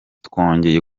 twongeye